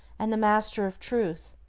and the master of truth,